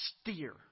steer